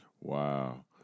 Wow